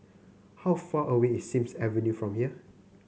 how far away is Sims Avenue from here